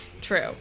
True